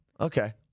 Okay